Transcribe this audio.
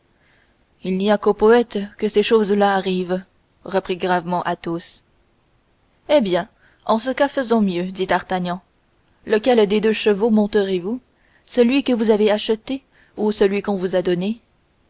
il n'y a qu'aux poètes que ces choses-là arrivent reprit gravement athos eh bien en ce cas faisons mieux dit d'artagnan lequel des deux chevaux monterez vous celui que vous avez acheté ou celui qu'on vous a donné